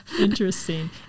Interesting